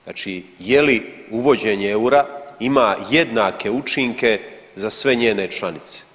Znači je li uvođenje eura ima jednake učinke za sve njene članice?